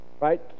right